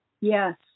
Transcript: Yes